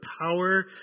power